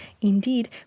Indeed